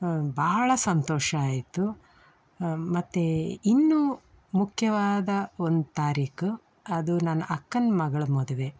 ಬಹಳ ಸಂತೋಷ ಆಯಿತು ಮತ್ತು ಇನ್ನು ಮುಖ್ಯವಾದ ಒಂದು ತಾರೀಕು ಅದು ನನ್ನ ಅಕ್ಕನ ಮಗ್ಳ ಮದುವೆ